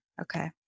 okay